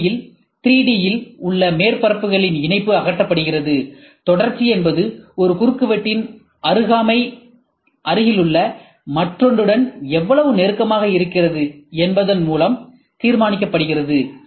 இந்த வழியில் 3D இல் உள்ள மேற்பரப்புகளின் இணைப்பு அகற்றப்படுகிறதுதொடர்ச்சி என்பது ஒரு குறுக்குவெட்டின் அருகாமை அருகிலுள்ள மற்றொன்றுடன் எவ்வளவு நெருக்கமாக இருக்கிறது என்பதன் மூலம் தீர்மானிக்கப்படுகிறது